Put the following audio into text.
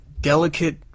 delicate